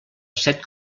set